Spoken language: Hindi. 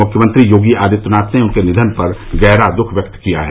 मुख्यमंत्री योगी आदित्यनाथ ने उनके निधन पर गहरा दुख व्यक्त किया है